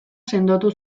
sendotu